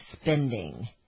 spending